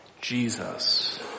Jesus